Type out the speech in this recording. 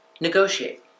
Negotiate